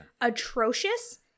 atrocious